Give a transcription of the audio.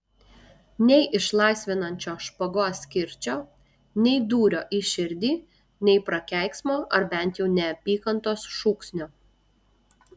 nei išlaisvinančio špagos kirčio nei dūrio į širdį nei prakeiksmo ar bent jau neapykantos šūksnio